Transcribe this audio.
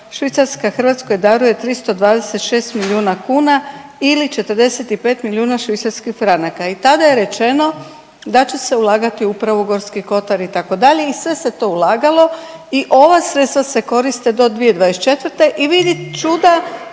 Švicarska Hrvatskoj daruje 326 milijuna kuna ili 45 milijuna švicarskih franaka. I tada je rečeno da će se ulagati upravo u Gorski kotar itd. i sve se to ulagalo i ova sredstva se koriste do 2024. i vidi čuda